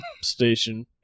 station